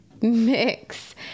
mix